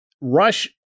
Rush